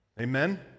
Amen